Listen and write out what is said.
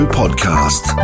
podcast